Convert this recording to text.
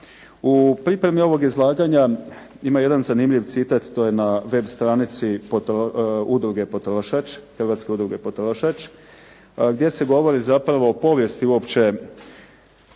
U pripremi ovog izlaganja ima jedan zanimljiv citat, to je na web stranici Udruge "Potrošač", hrvatske Udruge "Potrošač", gdje se govori zapravo o povijesti uopće